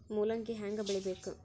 ಮೂಲಂಗಿ ಹ್ಯಾಂಗ ಬೆಳಿಬೇಕು?